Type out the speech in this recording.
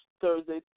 Thursday